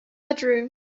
bedroom